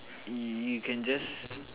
you can just